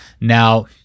Now